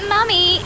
Mummy